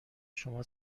شما